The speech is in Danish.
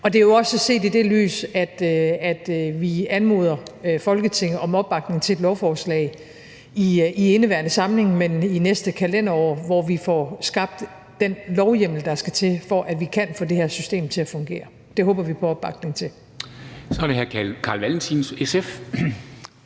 Det er jo også set i det lys, vi anmoder Folketinget om opbakning til et lovforslag i indeværende samling, men i næste kalenderår, hvor vi får skabt den lovhjemmel, der skal til, for at vi kan få det her system til at fungere. Det håber vi på opbakning til. Kl. 11:01 Formanden